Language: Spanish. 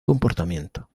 comportamiento